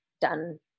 done